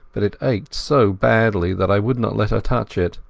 but it ached so badly that i would not let her touch it.